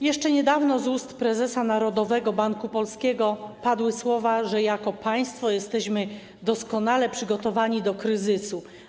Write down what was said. Jeszcze niedawno z ust prezesa Narodowego Banku Polskiego padły słowa, że jako państwo jesteśmy doskonale przygotowani do kryzysu.